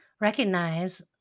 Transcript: recognize